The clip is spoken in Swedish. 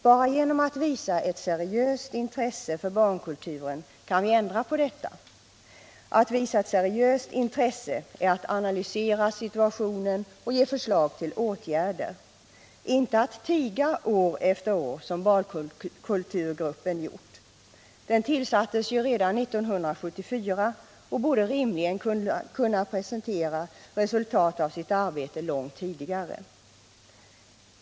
Bara genom att visa ett seriöst intresse för barnkulturen kan vi ändra på detta. Att visa ett seriöst intresse är att analysera situationen och ge förslag till åtgärder — inte att tiga år efter år, som barnkulturgruppen gjort. Den tillsattes ju redan 1974 och borde rimligen ha kunnat presentera resultat av sitt arbete långt tidigare.